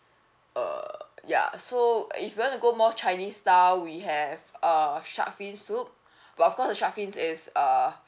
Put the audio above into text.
uh ya so if you wanna go more chinese style we have uh shark fin soup but of course the shark fin is uh